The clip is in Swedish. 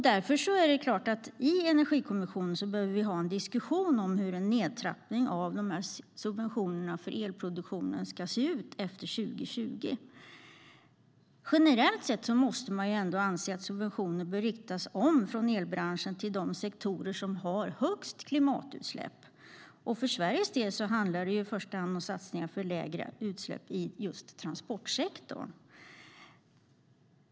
Därför är det klart att vi behöver ha en diskussion i Energikommissionen om hur en nedtrappning av subventionerna för elproduktionen ska se ut efter 2020. Generellt sett måste man ändå anse att subventioner bör riktas om från elbranschen till de sektorer som har högst klimatutsläpp. För Sveriges del handlar det i första hand om satsningar för lägre utsläpp i transportsektorn.